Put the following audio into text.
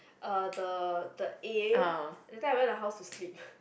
uh uh the the A that time I went her house to sleep